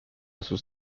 sus